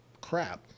crap